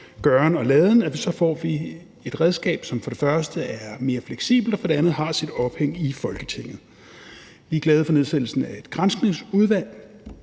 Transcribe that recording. gøren og laden, får et redskab, som for det første er mere fleksibelt, og for det andet har sit ophæng i Folketinget. Vi er glade for nedsættelsen af et Granskningsudvalg.